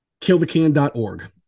KillTheCan.org